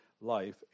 life